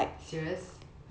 serious